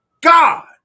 God